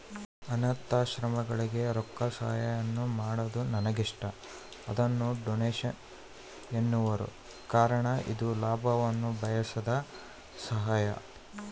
ಅನಾಥಾಶ್ರಮಗಳಿಗೆ ರೊಕ್ಕಸಹಾಯಾನ ಮಾಡೊದು ನನಗಿಷ್ಟ, ಅದನ್ನ ಡೊನೇಷನ್ ಎನ್ನುವರು ಕಾರಣ ಇದು ಲಾಭವನ್ನ ಬಯಸದ ಸಹಾಯ